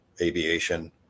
aviation